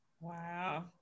wow